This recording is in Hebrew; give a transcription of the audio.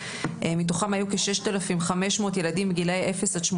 מתוכם היו כ-6,500 ילדים בגילאי 0 18,